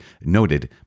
noted